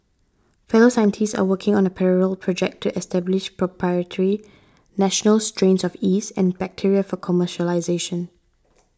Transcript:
fellow scientists are working on a parallel project to establish proprietary national strains of yeast and bacteria for commercialisation